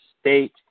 State